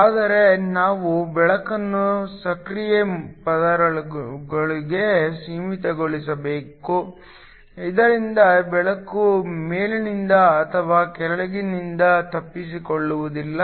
ಆದರೆ ನಾವು ಬೆಳಕನ್ನು ಸಕ್ರಿಯ ಪದರದೊಳಗೆ ಸೀಮಿತಗೊಳಿಸಬೇಕು ಇದರಿಂದ ಬೆಳಕು ಮೇಲಿನಿಂದ ಅಥವಾ ಕೆಳಗಿನಿಂದ ತಪ್ಪಿಸಿಕೊಳ್ಳುವುದಿಲ್ಲ